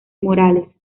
morales